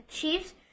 Chiefs